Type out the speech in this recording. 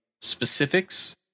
specifics